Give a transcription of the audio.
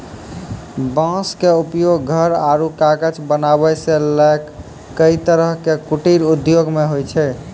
बांस के उपयोग घर आरो कागज बनावै सॅ लैक कई तरह के कुटीर उद्योग मॅ होय छै